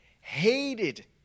hated